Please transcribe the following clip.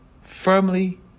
firmly